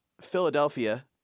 Philadelphia